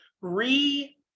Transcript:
re